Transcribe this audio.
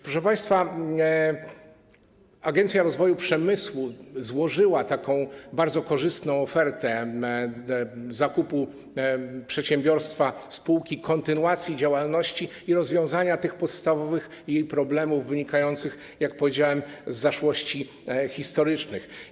Proszę państwa, Agencja Rozwoju Przemysłu złożyła bardzo korzystną ofertę zakupu przedsiębiorstwa spółki, kontynuacji działalności i rozwiązania podstawowych jej problemów wynikających, jak powiedziałem, z zaszłości historycznych.